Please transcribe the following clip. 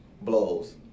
blows